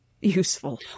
useful